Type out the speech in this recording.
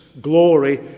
glory